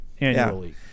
annually